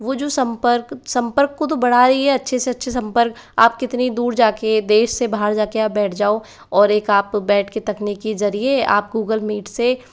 वो जो संपर्क संपर्क को तो बढ़ा रही है अच्छे से अच्छे संपर्क आप कितनी दूर जा के देश से बाहर जा के आप बैठ जाओ और एक आप बैठ के तकनीक के जरिए आप गूगल मीट से